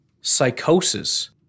psychosis